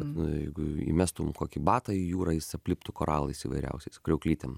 na jeigu įmestum kokį batą į jūrą jis apliptų koralais įvairiausiais kriauklytėm